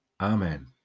Amen